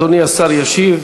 אדוני השר ישיב.